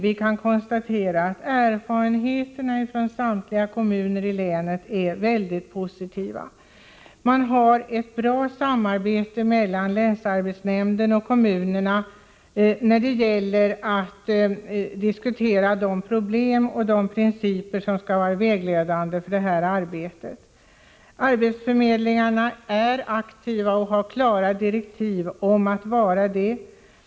Vi kan konstatera att erfarenheterna från samtliga kommuner i länet är mycket positiva. Samarbetet är bra mellan länsarbetsnämnderna och kommunerna när det gäller att diskutera problemen och de principer som skall vara vägledande för det här arbetet. Arbetsförmedlingarna är aktiva och har klara direktiv om att vara det.